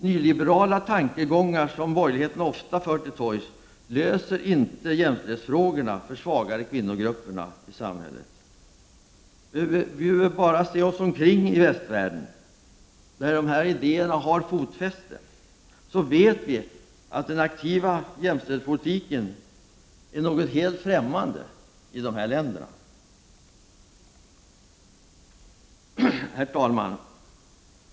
Nyliberala tankegångar som borgerligheten ofta för till torgs löser inte jämställdhetsfrågorna för de svagare kvinnogrupperna i samhället. Vi behöver bara se oss omkring i västvärlden, där dessa idéer haft fotfäste, så vet vi att den aktiva jämställdhetspolitiken är något helt främmande i dessa länder. Herr talman!